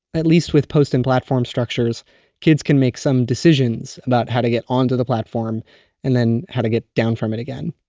at least with posting platform structures kids can make some decisions about how to get onto the platform and then how to get down from it again.